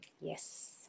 Yes